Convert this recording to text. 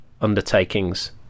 undertakings